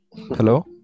Hello